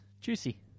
Juicy